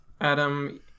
Adam